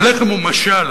הלחם הוא משל.